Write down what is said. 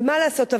ומה לעשות,